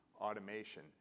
automation